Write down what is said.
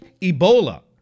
Ebola